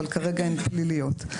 אבל כרגע הן פליליות.